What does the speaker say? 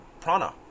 prana